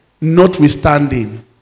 Notwithstanding